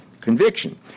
conviction